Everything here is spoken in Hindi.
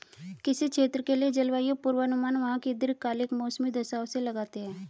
किसी क्षेत्र के लिए जलवायु पूर्वानुमान वहां की दीर्घकालिक मौसमी दशाओं से लगाते हैं